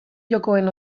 jokoen